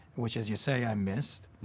which as you say i missed.